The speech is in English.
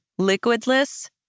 liquidless